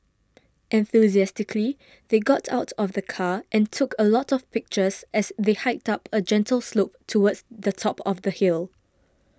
enthusiastically they got out of the car and took a lot of pictures as they hiked up a gentle slope towards the top of the hill